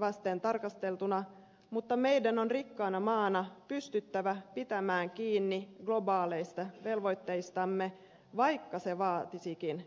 vasten tarkasteltuna mutta meidän on rikkaana maana pystyttävä pitämään kiinni globaaleista velvoitteistamme vaikka se vaatisikin uhrauksia